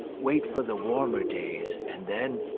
wait for the warmer days and then.